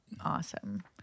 awesome